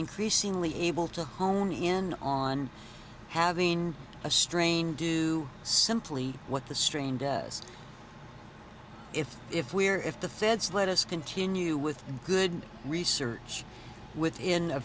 increasingly able to hone in on having a strain do simply what the strain does if if we are if the feds let us continue with good research with in a